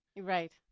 Right